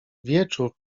wieczór